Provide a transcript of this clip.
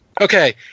okay